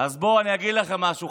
אז בואו אני אגיד לכם משהו,